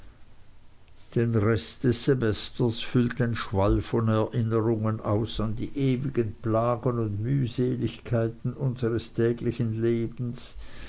den rest des semesters füllt ein schwall von erinnerungen aus an die ewigen plagen und mühseligkeiten unseres täglichen lebens